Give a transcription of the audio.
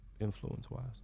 influence-wise